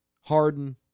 Harden